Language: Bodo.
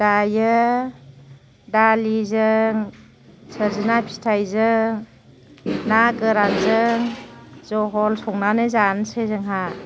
दायो दालिजों सोरजिना फिथाइजों ना गोरानजों जहल संनानै जानोसै जोंहा